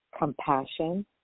compassion